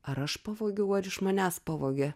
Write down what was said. ar aš pavogiau ar iš manęs pavogė